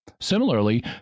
Similarly